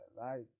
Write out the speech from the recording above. right